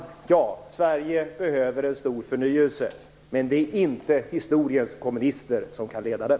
Fru talman! Ja, Sverige behöver en stor förnyelse. Men det är inte historiens kommunister som kan leda den.